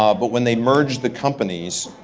ah but when they merged the companies,